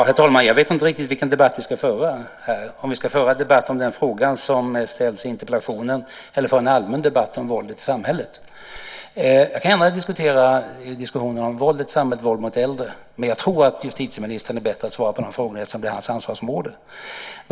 Herr talman! Jag vet inte riktigt vilken debatt som vi ska föra här. Ska vi föra en debatt om den fråga som ställs i interpellationen, eller ska vi föra en allmän debatt om våldet i samhället? Jag kan gärna föra en diskussion om samhälleligt våld mot äldre, men jag tror att justitieministern är bättre på att svara på de frågorna eftersom de är hans ansvarsområde.